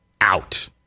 out